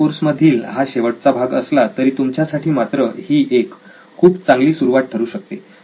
आपल्या कोर्स मधील हा शेवटचा भाग असला तरी तुमच्यासाठी मात्र ही एक खूप चांगली सुरुवात ठरू शकते